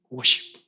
Worship